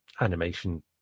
animation